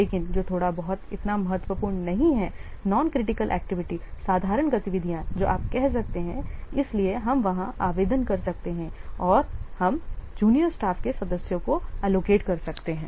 लेकिन जो थोड़ा बहुत इतना महत्वपूर्ण नहीं है नॉन क्रिटिकल एक्टिविटी साधारण गतिविधियां जो आप कह सकते हैं इसलिए हम वहां आवेदन कर सकते हैं और हम जूनियर स्टाफ के सदस्यों को एलोकेट कर सकते हैं